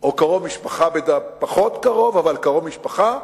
או קרוב משפחה פחות קרוב, אבל קרוב משפחה,